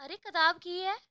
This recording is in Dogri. अरे कताब केह् ऐ